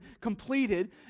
completed